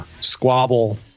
squabble